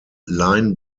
line